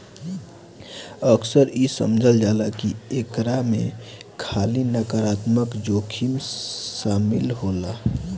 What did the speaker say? अक्सर इ समझल जाला की एकरा में खाली नकारात्मक जोखिम शामिल होला